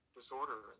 disorder